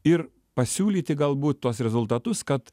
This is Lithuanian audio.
ir pasiūlyti galbūt tuos rezultatus kad